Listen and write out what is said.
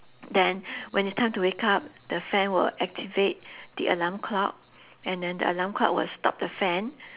then when it's time to wake up the fan will activate the alarm clock and then the alarm clock will stop the fan